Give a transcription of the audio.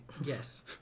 Yes